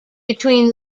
between